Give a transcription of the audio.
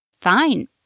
Fine